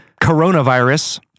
coronavirus